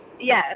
Yes